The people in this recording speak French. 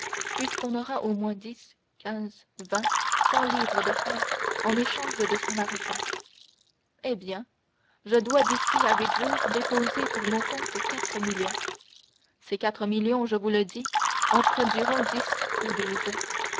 puisqu'on aura au moins dix quinze vingt cent livres de fer en échange de son argent eh bien je dois d'ici à huit jours déposer pour mon compte quatre millions ces quatre millions je vous le dis en produiront dix ou douze